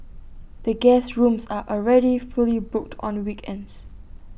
the guest rooms are already fully booked on weekends